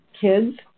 kids